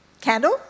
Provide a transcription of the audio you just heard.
Candle